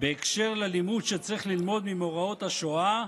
בהקשר של לימוד שצריך ללמוד ממאורעות השואה,